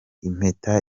impeta